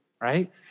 right